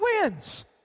wins